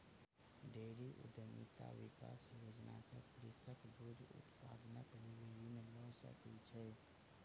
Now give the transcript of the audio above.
dairy उद्यमिता विकास योजना सॅ कृषक दूध उत्पादनक लेल ऋण लय सकै छै